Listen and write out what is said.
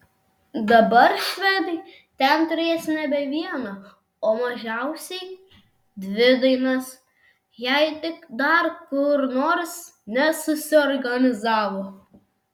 dabar švedai ten turės nebe vieną o mažiausiai dvi dainas jei tik dar kur nors nesusiorganizavo